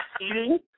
eating